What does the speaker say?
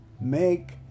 make